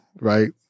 right